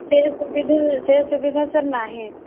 ସେ ସୁବିଧା ସେ ସୁବିଧା ସାର୍ ନାହିଁ